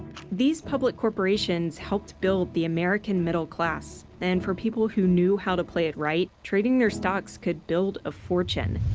these public corporations helped build the american middle class, and for people who knew how to play it right, trading their stocks could build a fortune.